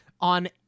on